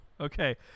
Okay